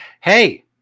Hey